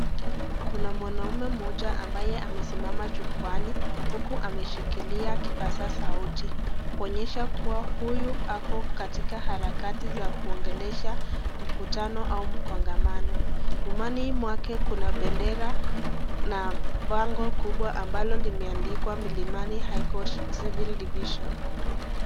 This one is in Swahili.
Kuna mwanaume mmoja ambaye amesimama jukwaani, huku ameshikilia kipasa sauti, kuonyesha kuwa huyu ako katika harakati za kuongelesha mkutano au mkongamano. Nyumani mwake kuna bendera na bango kubwa ambalo limeandikwa Milimani [high court civil division].